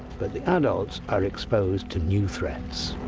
but the adults are exposed to new threats.